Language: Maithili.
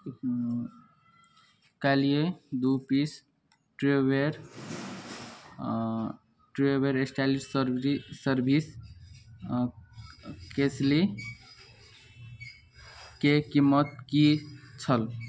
काल्हि दू पीस ट्रू्वेयर ड्यूरेबल स्टाइलस सर्वि सर्विंग केसली के कीमत की छल